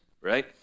right